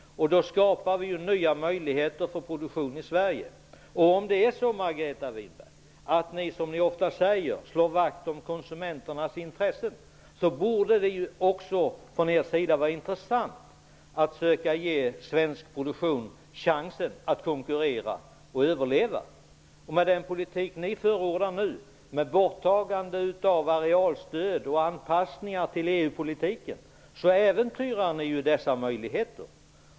Då skapar vi nya möjligheter för produktion i Sverige. Margareta Winberg! Om ni, som ni ofta säger, slår vakt om konsumenternas intresse borde det vara av vikt att söka ge svensk produktion chansen att konkurrera och överleva. Med den politik som ni nu förordar -- borttagande av arealstöd och av anpassningar till EU -- äventyrar ni dessa möjligheter.